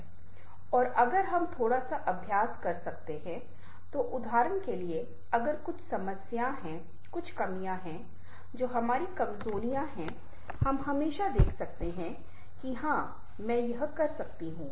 और अगर हम थोड़ा सा अभ्यास कर सकते हैं तो उदाहरण के लिए अगर कुछ समस्या है कुछ कमियाँ हैं जो हमारी कमजोरियां हैं हम हमेशा देख सकते हैं कि हां मैं यह कर सकता हूं